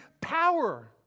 power